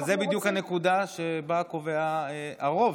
אבל זו בדיוק הנקודה שבה קובע הרוב,